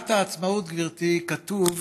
במגילת העצמאות, גברתי, כתוב: